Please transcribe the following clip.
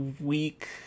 week